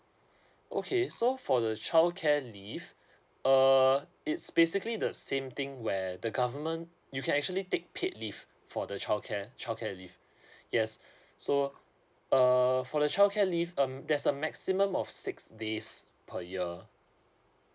okay so for the childcare leave err it's basically the same thing where the government you can actually take paid leave for the childcare childcare leave yes so err for the childcare leave um there's a maximum of six days per year